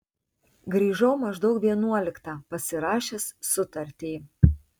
grįžau maždaug vienuoliktą pasirašęs sutartį